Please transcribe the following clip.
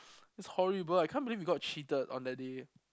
it's horrible I can't believe we got cheated on that day